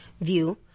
view